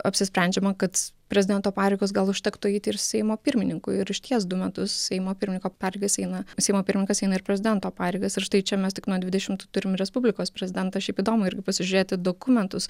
apsisprendžiama kad prezidento pareigos gal užtektų eiti ir seimo pirmininkui ir išties du metus seimo pirmininko pareigas eina seimo pirmininkas eina ir prezidento pareigas ir štai čia mes tik nuo dvidešimtų turim respublikos prezidentą šiaip įdomu ir pasižiūrėti dokumentus